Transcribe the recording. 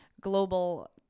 global